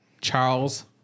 charles